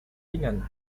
ringan